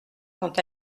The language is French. quant